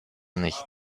nicht